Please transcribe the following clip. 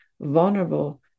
vulnerable